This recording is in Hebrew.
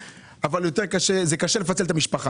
כפי שהזכיר קודם חבר הכנסת.